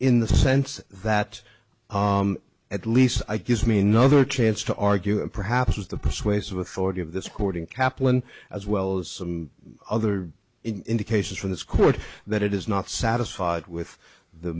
in the sense that at least gives me another chance to argue and perhaps use the persuasive authority of this according kaplan as well as some other indications from this court that it is not satisfied with the